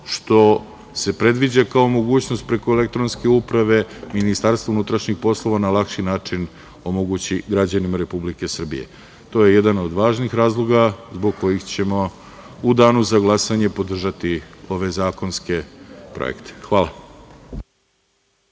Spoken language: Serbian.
što se predviđa kao mogućnost preko elektronske uprave, MUP na lakši način omogući građanima Republike Srbije. To je jedan od važnih razloga zbog kojih ćemo u danu za glasanje podržati ove zakonske projekte. Hvala.